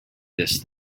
this